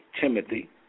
Timothy